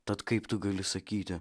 tad kaip tu gali sakyti